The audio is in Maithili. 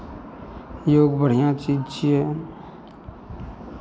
योग बढ़िआँ चीज छियै